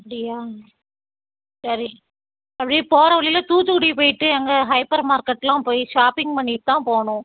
அப்படியா சரி அப்படியே போகிற வழியில் தூத்துக்குடி போய்ட்டு அங்கே ஹைப்பர் மார்க்கெட்லாம் போய் ஷாப்பிங் பண்ணிட்டு தான் போகணும்